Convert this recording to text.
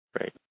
Right